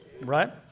Right